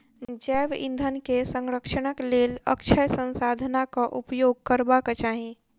जैव ईंधन के संरक्षणक लेल अक्षय संसाधनाक उपयोग करबाक चाही